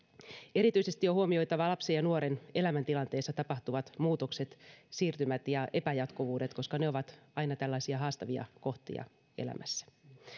erityisesti on huomioitava lapsen ja nuoren elämäntilanteessa tapahtuvat muutokset siirtymät ja epäjatkuvuudet koska ne ovat aina tällaisia haastavia kohtia elämässä